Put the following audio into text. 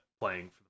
playing